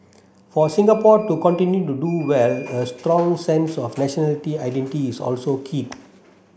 for Singapore to continue to do well a strong sense of nationality identity is also key